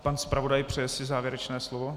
Pan zpravodaj přeje si závěrečné slovo?